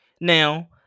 Now